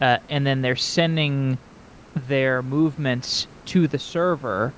ah and then they're sending their movements to the server,